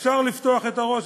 אפשר לפתוח את הראש,